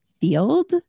Field